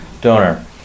donor